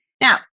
Now